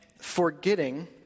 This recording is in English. forgetting